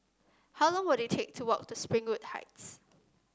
how long will it take to walk to Springwood Heights